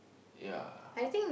ya